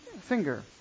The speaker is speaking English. finger